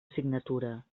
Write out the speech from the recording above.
signatura